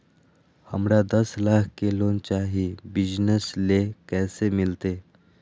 हमरा दस लाख के लोन चाही बिजनस ले, कैसे मिलते?